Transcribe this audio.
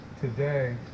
today